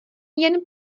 jen